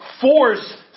force